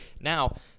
Now